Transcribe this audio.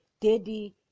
daddy